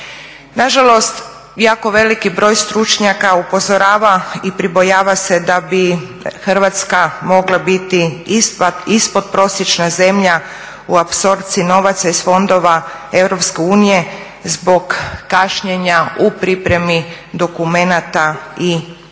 Nažalost, jako veliki broj stručnjaka upozorava i pribojava se da bi Hrvatska mogla biti ispodprosječna zemlja u apsorpciji novaca iz fondova EU zbog kašnjenja u pripremi dokumenata i